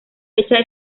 fecha